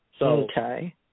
Okay